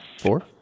Four